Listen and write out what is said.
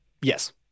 Yes